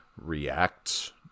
react